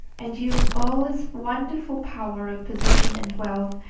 and use all his wonderful power of position and wealth,